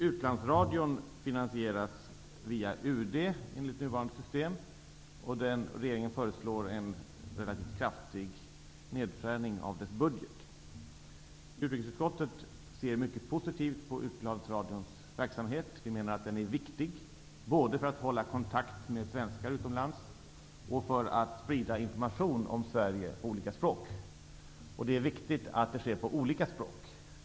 Utlandsradion finansieras via UD enligt nuvarande system. Regeringen föreslår en relativt kraftig nedskärning av dess budget. Utrikesutskottet ser mycket positivt på Utlandsradions verksamhet. Vi menar att den är viktig både för att hålla kontakt med svenskar utomlands och för att sprida information om Sverige på olika språk. Det är viktigt att det sker på olika språk.